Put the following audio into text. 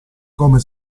come